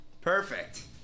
Perfect